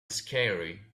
scary